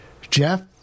Jeff